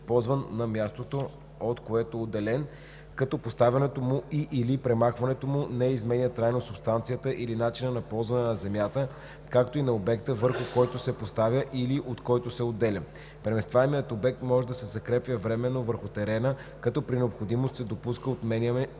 ползван на мястото, от което е отделен, като поставянето му и/или премахването му не изменя трайно субстанцията или начина на ползване на земята, както и на обекта, върху който се поставя или от който се отделя. Преместваемият обект може да се закрепва временно върху терена, като при необходимост се допуска отнемане